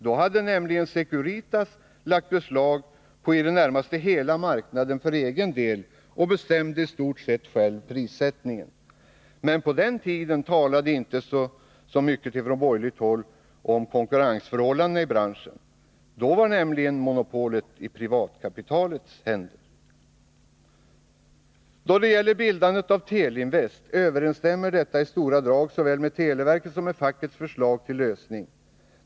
Då hade nämligen Securitas för egen del lagt beslag på i det närmaste hela marknaden och bestämde i stort sett självt prissättningen. Men på den tiden talades det på borgerligt håll inte så mycket om konkurrensförhållandena i branschen — då var nämligen monopolet i privatkapitalets händer. Bildandet av Teleinvest överensstämmer i stora drag såväl med televerkets som med fackets förslag till lösning.